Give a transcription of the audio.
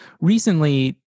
recently